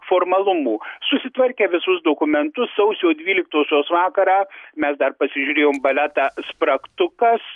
formalumų susitvarkę visus dokumentus sausio dvyliktosios vakarą mes dar pasižiūrėjom baletą spragtukas